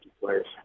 players